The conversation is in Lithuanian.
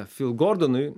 fil gordonui